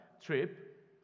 trip